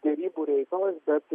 derybų reikalas bet